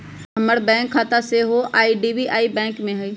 हमर बैंक खता सेहो आई.डी.बी.आई बैंक में हइ